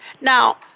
Now